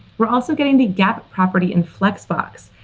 we're also getting the get property in flexbox.